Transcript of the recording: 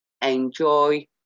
enjoy